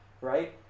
right